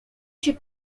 się